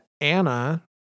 Anna